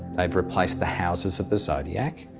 they have replaced the houses of the zodiac.